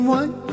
one